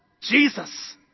Jesus